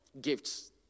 gifts